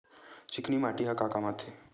चिकना माटी ह का काम आथे?